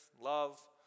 love